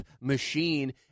machine